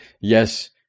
Yes